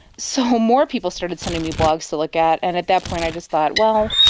so more people started sending me blogs to look at and at that point i just thought, well,